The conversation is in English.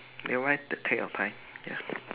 never mind just take your time ya